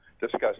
discuss